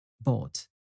Bought